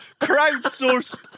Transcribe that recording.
crowdsourced